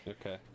okay